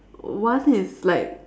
one is like